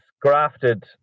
Grafted